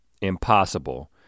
impossible